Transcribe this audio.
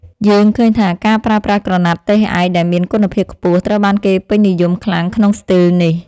យើងឃើញថាការប្រើប្រាស់ក្រណាត់ទេសឯកដែលមានគុណភាពខ្ពស់ត្រូវបានគេពេញនិយមខ្លាំងក្នុងស្ទីលនេះ។